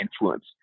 influence